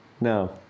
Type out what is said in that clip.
no